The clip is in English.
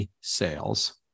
sales